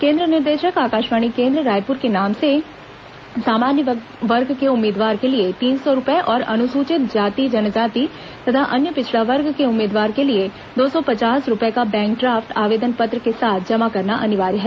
केन्द्र निदेशक आकाशवाणी केन्द्र रायपुर के नाम से सामान्य वर्ग के उम्मीदवार के लिए तीन सौ रूपए और अनुसूचित जाति जनजाति तथा अन्य पिछड़ा वर्ग के उम्मीदवार के लिए दो सौ पच्चीस रूपये का बैंक ड्राफ्ट आवेदन पत्र के साथ जमा करना अनिवार्य है